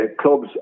clubs